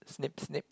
snip snip